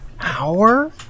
hour